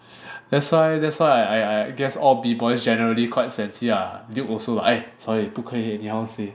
that's why that's why I I guess all B boys generally quite sensy lah Duke also I sorry 不可以 anyhow say